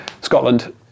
Scotland